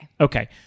Okay